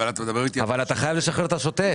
אבל אתה מדבר איתי על --- אבל אתה חייב לשחרר את השוטף.